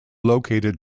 located